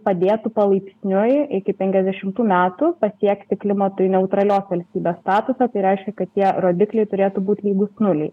padėtų palaipsniui iki penkiasdešimtų metų pasiekti klimatui neutralios valstybės statusą tai reiškia kad tie rodikliai turėtų būt lygūs nuliui